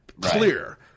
Clear